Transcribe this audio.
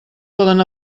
poden